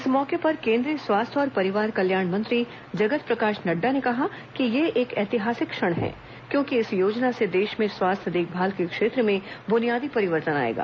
इस मौके पर केंद्रीय स्वास्थ्य और परिवार कल्याण मंत्री जगत प्रकाश नड्डा ने कहा कि यह एक ऐतिहासिक क्षण है क्योंकि इस योजना से देश में स्वास्थ्य देखभाल के क्षेत्र में बुनियादी परिवर्तन आएगा